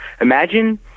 imagine